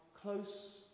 close